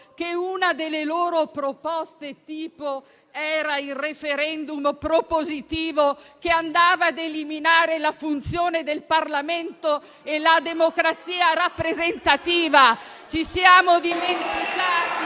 che una delle sue proposte tipo era il *referendum* propositivo che andava ad eliminare la funzione del Parlamento e la democrazia rappresentativa? *(Commenti)*. Ci siamo dimenticati